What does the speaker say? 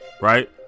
Right